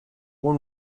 one